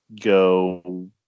go